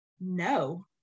No